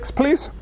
please